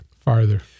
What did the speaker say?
Farther